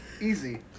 Easy